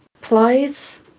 plies